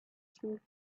chief